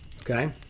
Okay